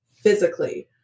physically